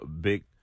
big